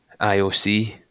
IOC